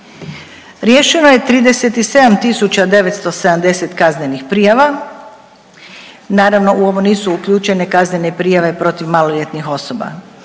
Riješeno je 37970 kaznenih prijava. Naravno u ovo nisu uključene kaznene prijave protiv maloljetnih osoba.